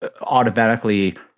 automatically